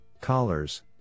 collars